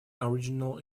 original